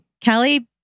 Kelly